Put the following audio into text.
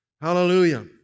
Hallelujah